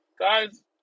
guys